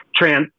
Tran